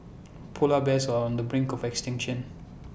Polar Bears are on the brink of extinction